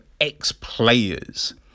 ex-players